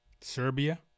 Serbia